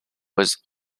was